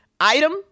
item